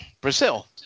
Brazil